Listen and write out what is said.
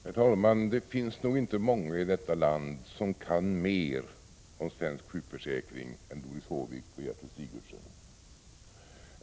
Herr talman! Det finns nog inte många i detta land som kan mer om svensk sjukförsäkring än Doris Håvik och Gertrud Sigurdsen.